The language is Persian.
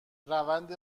روند